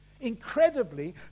Incredibly